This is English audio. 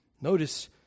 Notice